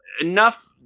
enough